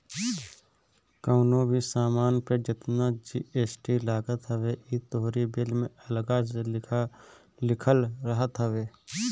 कवनो भी सामान पे जेतना जी.एस.टी लागत हवे इ तोहरी बिल में अलगा से लिखल रहत हवे